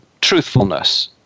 truthfulness